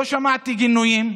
לא שמעתי גינויים,